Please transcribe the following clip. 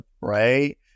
right